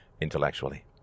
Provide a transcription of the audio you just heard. intellectually